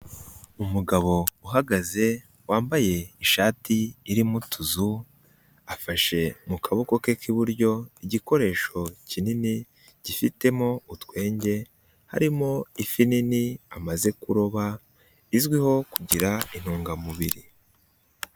Umugabo uhagaze wambaye ishati irimo utuzu, afashe mu kaboko ke k'iburyo, igikoresho kinini, gifitemo utwenge, harimo ifi nini amaze kuroba, izwiho kugira intungamubiri.